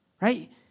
right